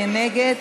מי נגד?